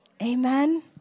Amen